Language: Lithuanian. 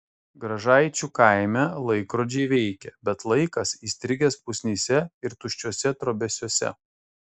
gražaičių kaime laikrodžiai veikia bet laikas įstrigęs pusnyse ir tuščiuose trobesiuose